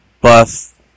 buff